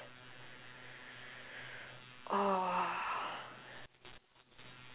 !aww!